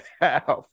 half